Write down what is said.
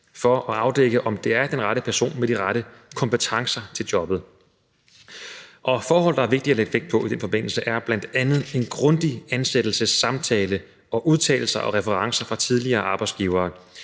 for at afdække, om det er den rette person med de rette kompetencer til jobbet. Forhold, der er vigtige at lægge vægt på i den forbindelse, er bl.a. en grundig ansættelsessamtale og udtalelser og referencer fra tidligere arbejdsgivere.